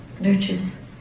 nurtures